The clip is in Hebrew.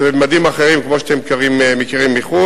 זה ממדים אחרים, כמו שאתם מכירים מחו"ל.